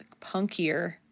punkier